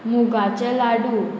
मुगाचें लाडू